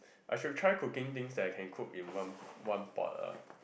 I should try cooking things that I can cook on one one pot ah